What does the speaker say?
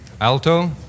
Alto